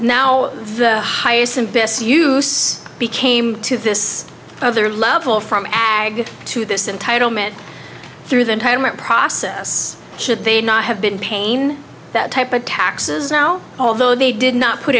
now the highest and best use became to this other level from ag to this entitlement through the entitlement process should they not have been pain that type of taxes now although they did not put